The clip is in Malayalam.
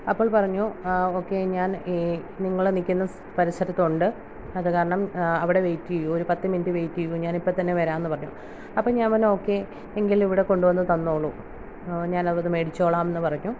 അപ്പോൾ പറഞ്ഞു ഓക്കേ ഞാൻ നിങ്ങൾ നിൽക്കുന്ന പരിസരത്തുണ്ട് അത് കാരണം അവിടെ വെയിറ്റ് ചെയ്യു ഒരു പത്തു മിനിറ്റ് വൈറ്റ് ചെയ്യു ഞാനിപ്പൊത്തന്നെ വരാമെന്ന് പറഞ്ഞു അപ്പോൾ ഞാൻ പറഞ്ഞു ഓക്കേ എങ്കിൽ ഇവിടെ കൊണ്ടു വന്നു തന്നോളൂ ഞാൻ അവിടന്ന് മേടിച്ചോളാംന്ന് പറഞ്ഞു